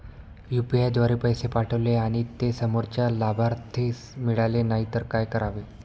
UPI द्वारे पैसे पाठवले आणि ते समोरच्या लाभार्थीस मिळाले नाही तर काय करावे?